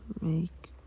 make